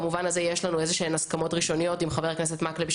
יש לנו הסכמות ראשוניות עם חבר הכנסת מקלב,